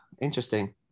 interesting